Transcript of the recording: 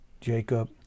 Jacob